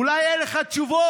אולי אין לך תשובות,